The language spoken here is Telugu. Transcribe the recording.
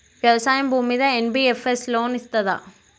వ్యవసాయం భూమ్మీద ఎన్.బి.ఎఫ్.ఎస్ లోన్ ఇస్తదా?